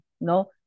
no